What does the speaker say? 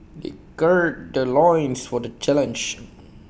they gird their loins for the challenge